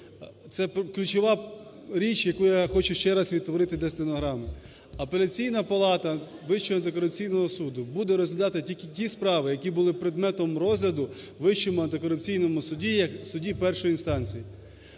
Це ключова річ, яку я хочу ще раз відтворити для стенограми. Апеляційна палата Вищого антикорупційного суду буде розглядати тільки ті справи, які були предметом розгляду в Вищому антикорупційному суді як суді першої інстанції.